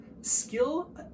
skill